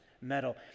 metal